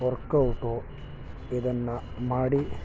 workout ಇದನ್ನು ಮಾಡಿ